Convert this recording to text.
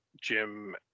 Jim